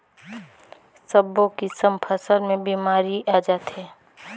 सब्बो किसम फसल मे बेमारी आ जाथे